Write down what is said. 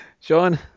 John